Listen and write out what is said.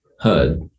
hud